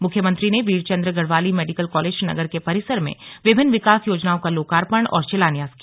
मुख्यमंत्री ने Veerchandra Garhwali medical college Srinagar के परिसर में विभिन्न विकास योजनाओं का लोकार्पण और शिलान्यास किया